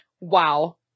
Wow